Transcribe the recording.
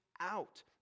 out